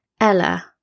ella